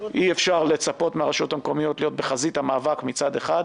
אי-אפשר לצפות מהרשויות המקומיות להיות בחזית המאבק מצד אחד,